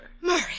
Murray